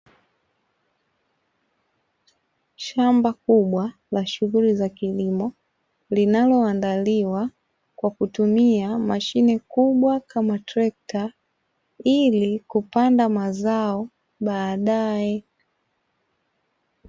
Shamba kubwa la shughuli za kilimo, linaloandaliwa kwa kutumia mashine kubwa kama trekta, ili kupanda mazao baadaye.